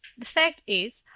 the fact is,